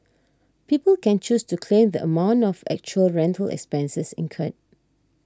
people can choose to claim the amount of actual rental expenses incurred